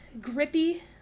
grippy